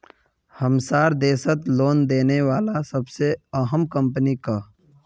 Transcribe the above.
हमसार देशत लोन देने बला सबसे अहम कम्पनी क